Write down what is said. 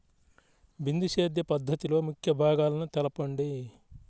బిందు సేద్య పద్ధతిలో ముఖ్య భాగాలను తెలుపండి?